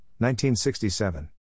1967